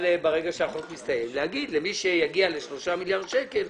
ברגע שהחוק מסתיים לומר למי שיגיע ל-3 מיליארד שקלים,